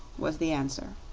was the answer.